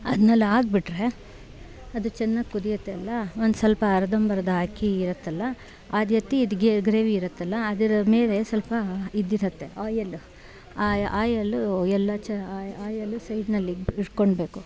ಅದ್ರಲ್ಲಿ ಹಾಕ್ಬಿಟ್ರೆ ಅದು ಚೆನ್ನಾಗಿ ಕುದಿಯುತ್ತೆ ಅಲ್ಲ ಒಂದು ಸ್ವಲ್ಪ ಅರ್ದಂಬರ್ದ ಅಕ್ಕಿ ಇರುತ್ತಲ್ಲ ಅದು ಎತ್ತಿ ಇದು ಗ್ರೇವಿ ಇರುತ್ತಲ್ಲ ಅದರ ಮೇಲೆ ಸ್ವಲ್ಪ ಇದಿರುತ್ತೆ ಆಯಲ್ ಆ ಆಯಲ್ಲು ಎಲ್ಲ ಚ ಆಯಲ್ಲು ಸೈಡ್ನಲ್ಲಿ ಇರ್ಕೊಳ್ಬೇಕು